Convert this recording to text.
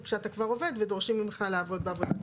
כאילו כשאתה כבר עובד ודורשים ממך לעבוד בעבודה בלילה.